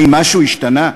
האם משהו השתנה?